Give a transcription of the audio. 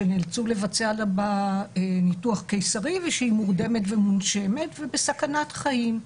שנאלצו לבצע בה ניתוח קיסרי ושהיא מורדמת ומונשמת והיא בסכנת חיים,